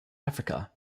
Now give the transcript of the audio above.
africa